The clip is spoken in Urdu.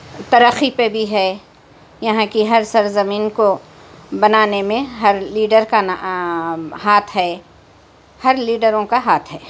ترقی پہ بھی ہے یہاں کی ہر سرزمین کو بنانے میں ہر لیڈر کا نہ ہاتھ ہے ہر لیڈروں کا ہاتھ ہے